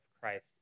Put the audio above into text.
Christ